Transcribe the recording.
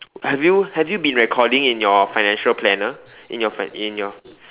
have you have you been recording in your financial planner in your fin~ in your